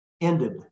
ended